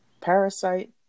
Parasite